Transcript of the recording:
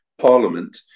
Parliament